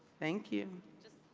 thank you.